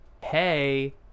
Hey